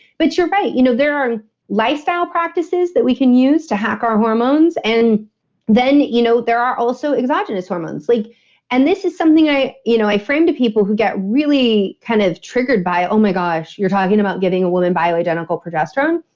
but you're right. you know there are lifestyle practices that we can use to hack our hormones and then you know there there are also exogenous hormones like and this is something i you know i frame to people who get really kind of triggered by, oh my gosh, you're talking about getting a woman bioidentical progesterone?